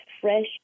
fresh